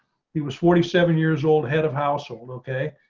he was forty seven years old, head of household. okay.